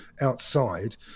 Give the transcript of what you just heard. outside